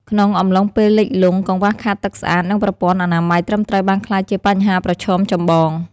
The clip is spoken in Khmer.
ក្នុងអំឡុងពេលលិចលង់ កង្វះខាតទឹកស្អាត និងប្រព័ន្ធអនាម័យត្រឹមត្រូវបានក្លាយជាបញ្ហាប្រឈមចម្បង។